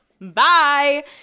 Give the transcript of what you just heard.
Bye